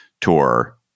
tour